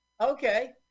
Okay